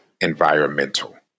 environmental